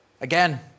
Again